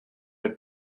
werd